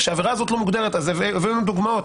כשהעבירה הזאת לא מוגדרת והבאנו דוגמאות,